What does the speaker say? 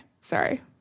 sorry